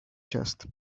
chest